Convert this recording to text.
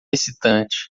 excitante